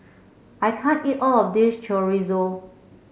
I can't eat all of this Chorizo